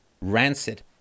rancid